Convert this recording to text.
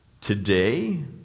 today